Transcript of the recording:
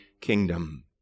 kingdom